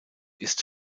ist